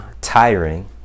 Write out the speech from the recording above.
tiring